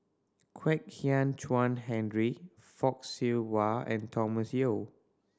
Kwek Hian Chuan Henry Fock Siew Wah and Thomas Yeo